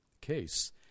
case